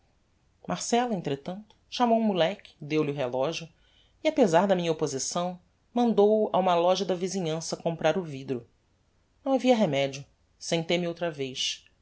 marcella entretanto chamou um moleque deu-lhe o relogio e apezar da minha opposição mandou-o a uma loja na visinhança comprar o vidro não havia remedio sentei-me outra vez